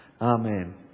Amen